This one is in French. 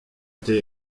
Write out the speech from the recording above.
été